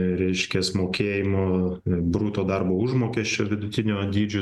reiškias mokėjimo bruto darbo užmokesčio vidutinio dydžiu